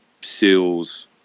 SEALs